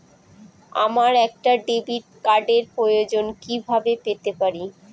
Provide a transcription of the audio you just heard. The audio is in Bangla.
আমার একটা ডেবিট কার্ডের প্রয়োজন কিভাবে পেতে পারি?